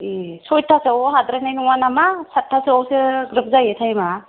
ए सयथासोआव हाद्रायनाय नङा नामा सातथा सोयावसो ग्रोफ जायो थाइमआ